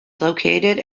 located